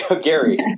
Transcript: Gary